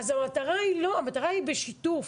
המטרה היא בשיתוף,